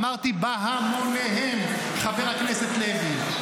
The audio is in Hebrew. אמרתי בהמוניהם, חבר הכנסת לוי.